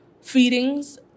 feedings